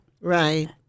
Right